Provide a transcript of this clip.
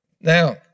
Now